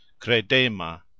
Credema